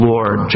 Lord